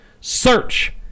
Search